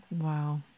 wow